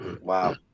wow